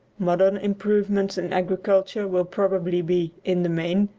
modern improvements in agriculture will probably be, in the main,